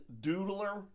doodler